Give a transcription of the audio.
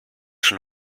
schon